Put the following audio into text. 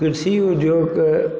कृषि उद्योगके